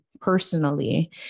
personally